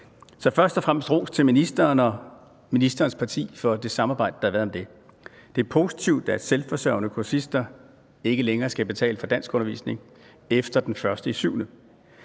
først og fremmest ros til ministeren og ministerens parti for det samarbejde, der har været om det. Det er positivt, at selvforsørgende kursister ikke længere skal betale for danskundervisning efter den 1. juli.